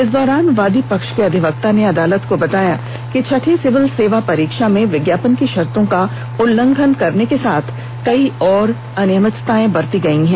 इस दौरान वादी पक्ष के अधिवक्ता ने अदालत को बताया कि छठी सिविल सेवा परीक्षा में विज्ञापन की शर्तो का उल्लंघन करने के साथ कई और अनियमितताएं बरती गई है